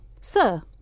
Sir